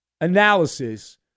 analysis